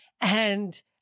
and-